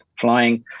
flying